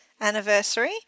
anniversary